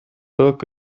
book